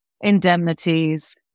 indemnities